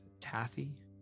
Taffy